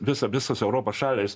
visa visos europos šalys